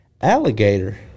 alligator